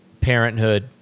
parenthood